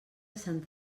sant